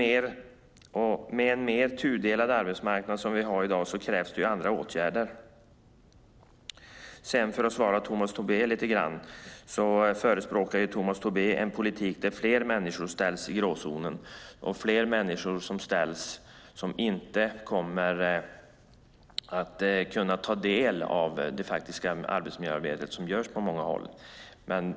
Med en mer tudelad arbetsmarknad som vi har i dag krävs andra åtgärder. Tomas Tobé förespråkar en politik där fler människor ställs i gråzonen och där fler människor inte kommer att kunna ta del av det arbetsmiljöarbete som görs på många håll.